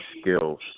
skills